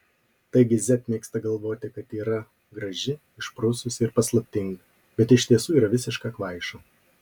taigi z mėgsta galvoti kad yra graži išprususi ir paslaptinga bet iš tiesų yra visiška kvaiša